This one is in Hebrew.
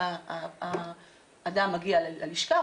האדם מגיע ללשכה,